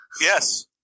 Yes